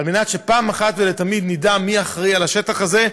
על מנת שפעם אחת ולתמיד נדע מי אחראי לשטח הזה,